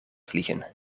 vliegen